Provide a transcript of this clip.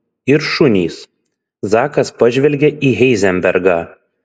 ir šunys zakas pažvelgė į heizenbergą